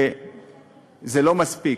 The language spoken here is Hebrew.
וזה לא מספיק.